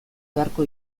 beharko